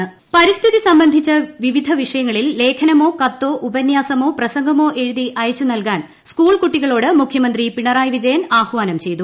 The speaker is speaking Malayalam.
പിണറായി വിജയൻ പരിസ്ഥിതി സംബന്ധിച്ച വിവിധ വിഷയങ്ങളിൽ ലേഖനമോ കത്തോ ഉപന്യാസമോ പ്രസംഗമോ എഴുതി അയച്ചുനൽകാൻ സ്കൂൾ കുട്ടികളോട് മുഖ്യമന്ത്രി പിണറായി വിജയൻ ആഹ്വാനം ചെയ്തു